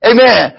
Amen